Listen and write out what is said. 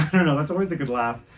don't know, that's always a good laugh.